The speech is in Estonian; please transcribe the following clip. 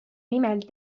nimel